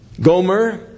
Gomer